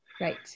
Right